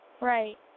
right